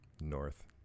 north